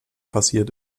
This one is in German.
passiert